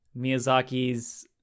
Miyazaki's